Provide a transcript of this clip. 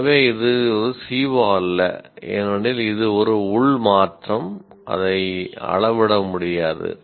எனவே இது ஒரு CO அல்ல ஏனெனில் இது ஒரு உள் மாற்றம் அதை அளவிட முடியாது